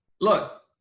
Look